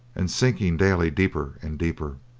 and sinking daily deeper and deeper.